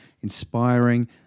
inspiring